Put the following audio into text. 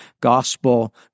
gospel